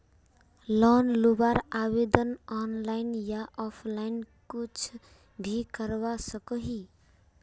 Loan लुबार आवेदन online या ऑफलाइन कुछ भी करवा सकोहो ही?